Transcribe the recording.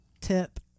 tip